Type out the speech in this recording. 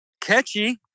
catchy